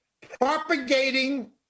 propagating